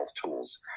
tools